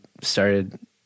started